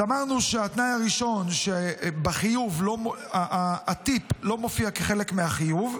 אז אמרנו שהתנאי הראשון הוא שבחיוב הטיפ לא מופיע כחלק מהחיוב,